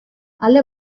alde